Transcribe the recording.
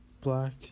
black